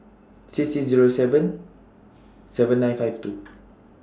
six six Zero seven seven nine five two